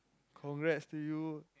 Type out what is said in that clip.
congrats to you